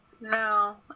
No